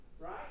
right